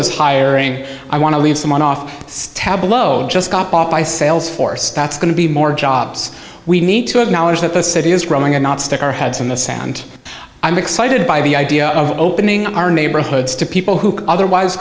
is hiring i want to leave someone off its tablo just got bought by sales force that's going to be more jobs we need to acknowledge that the city is growing and not stick our heads in the sand i'm excited by the idea of opening our neighborhoods to people who otherwise